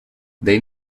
they